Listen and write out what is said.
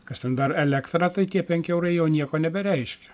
kas ten dar elektra tai tie penki eurai jau nieko nebereiškia